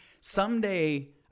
someday